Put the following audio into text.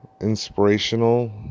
inspirational